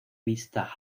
vista